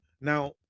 now